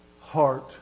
heart